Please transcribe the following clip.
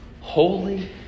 holy